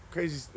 Crazy